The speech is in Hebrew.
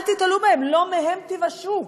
אל תיתלו בהם, לא מהם תיוושעו.